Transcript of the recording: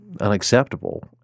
unacceptable